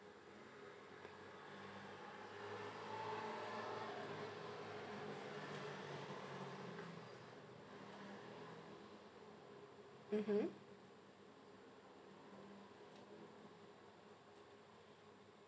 mmhmm